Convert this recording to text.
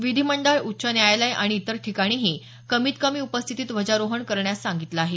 विधीमंडळ उच्च न्यायालय आणि इतर ठिकाणीही कमीतकमी उपस्थितीत ध्वजारोहण करण्यास सांगितलं आहे